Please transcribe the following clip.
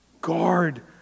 Guard